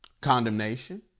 Condemnation